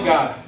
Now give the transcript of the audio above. God